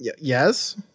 Yes